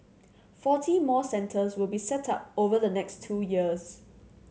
forty more centres will be set up over the next two years